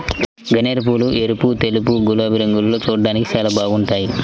గన్నేరుపూలు ఎరుపు, తెలుపు, గులాబీ రంగుల్లో చూడ్డానికి చాలా బాగుంటాయ్